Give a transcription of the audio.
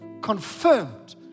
confirmed